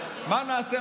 מה נעשה?